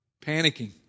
panicking